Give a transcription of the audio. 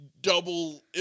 double